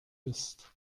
bist